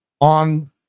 on